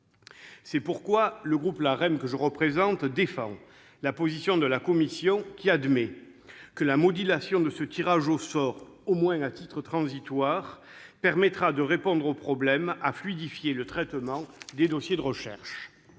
C'est pourquoi le groupe La République En Marche, que je représente, défend la position de la commission, qui admet que la modulation de ce tirage au sort « au moins à titre transitoire » permettra de répondre au problème et de fluidifier le traitement des dossiers de recherche.